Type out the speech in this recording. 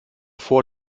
vor